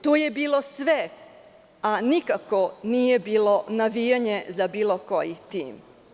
To je bilo sve, a nikako nije bilo navijanje za bilo koji tim.